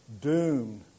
doomed